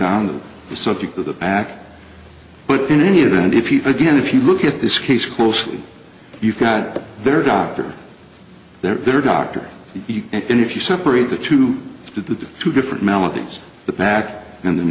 on the subject of the back but in any event if you again if you look at this case closely you've got their doctor there their doctor and if you separate the two the two different melodies the back and